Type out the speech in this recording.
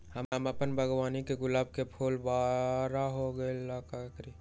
हम अपना बागवानी के गुलाब के फूल बारा होय ला का करी?